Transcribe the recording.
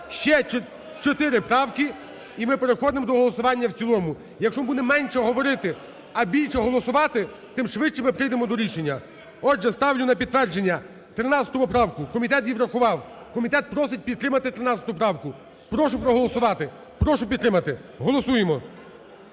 правки і ми переходимо до голосування в цілому. Якщо ми будемо менше говорити, а більше голосувати, тим швидше ми прийдемо до рішення. Отже, ставлю на підтвердження 13 поправку, комітет її врахував, комітет просить підтримати 13 правку. Прошу проголосувати, прошу підтримати, голосуємо,